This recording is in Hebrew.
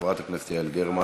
חברת הכנסת יעל גרמן.